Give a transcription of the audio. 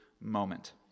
moment